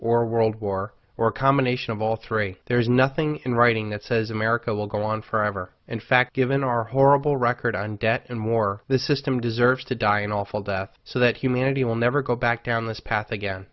or world war or a combination of all three there is nothing in writing that says america will go on forever in fact given our horrible record on debt and more the system deserves to die an awful death so that humanity will never go back down this path again